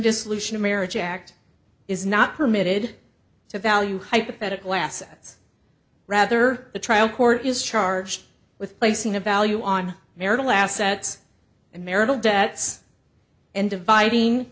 dissolution of marriage act is not permitted to value hypothetical assets rather the trial court is charged with placing a value on marital assets and marital debts and dividing